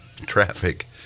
Traffic